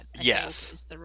yes